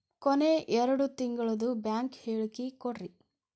ಕೊನೆ ಎರಡು ತಿಂಗಳದು ಬ್ಯಾಂಕ್ ಹೇಳಕಿ ಕೊಡ್ರಿ